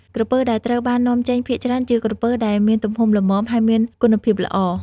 ក្រពើដែលត្រូវបាននាំចេញភាគច្រើនជាក្រពើដែលមានទំហំល្មម ហើយមានគុណភាពល្អ។